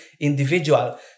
individual